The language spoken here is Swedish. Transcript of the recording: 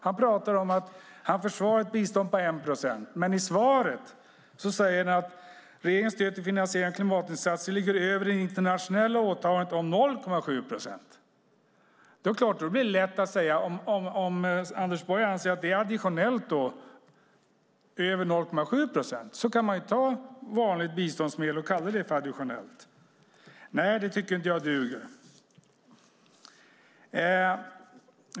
Han försvarar ett bistånd på 1 procent, men i svaret säger han att "regeringens stöd till finansieringen av klimatinsatser . ligger över det internationella åtagandet . om 0,7 procent". Om Anders Borg anser att det som är över 0,7 procent är additionellt blir det helt klart lätt att kalla vanligt biståndsmedel för additionellt. Det tycker inte jag duger.